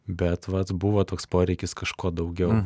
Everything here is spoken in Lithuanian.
bet vat buvo toks poreikis kažko daugiau